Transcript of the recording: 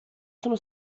sono